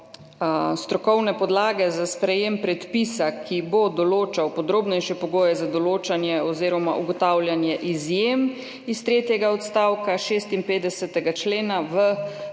strokovne podlage za sprejetje predpisa, ki bo določal podrobnejše pogoje za določanje oziroma ugotavljanje izjem iz tretjega odstavka 56. člena, v